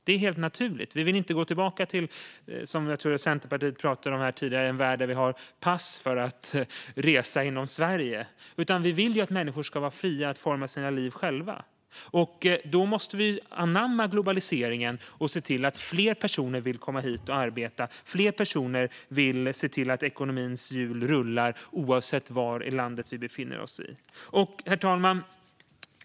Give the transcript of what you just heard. Det är helt naturligt, och vi vill inte gå tillbaka till - jag tror att det var Centerpartiet som pratade om det tidigare - en värld där vi har pass för att resa inom Sverige. Vi vill i stället att människor ska vara fria att forma sina liv själva, och då måste vi anamma globaliseringen och se till att fler personer vill komma hit och arbeta. Vi måste se till att fler personer vill få ekonomins hjul att rulla, oavsett var i landet de befinner sig. Herr talman!